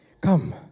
Come